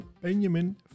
Benjamin